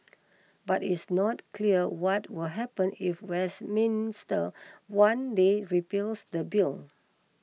but it is not clear what will happen if Westminster one day repeals the bill